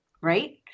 right